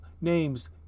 names